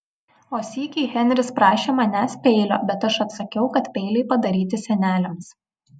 o sykį henris prašė manęs peilio bet aš atsakiau kad peiliai padaryti seneliams